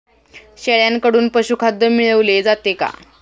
शेळ्यांकडून पशुखाद्य मिळवले जाते का?